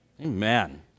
Amen